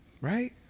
right